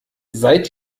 seid